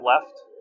left